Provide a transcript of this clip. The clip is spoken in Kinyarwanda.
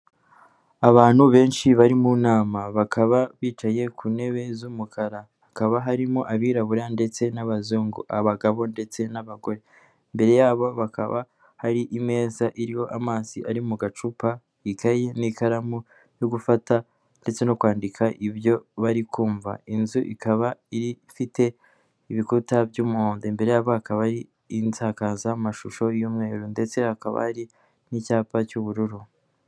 Abantu benshi bari mu nama bakaba bicaye ku ntebe z'umukara hakaba harimo abirabura ndetse n'abazungu, abagabo ndetse n'abagore, imbere yabo bakaba hari imeza iriho amazi ari mu gacupa, ikayi n'ikaramu yo gufata ndetse no kwandika ibyo bari kumva, inzu ikaba iifite ibikuta by'umuhondo, imbere yabo bakaba ari insakazamashusho y'umweru ndetse hakaba hari n'icyapa cy'ubururu.